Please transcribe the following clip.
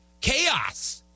Chaos